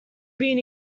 been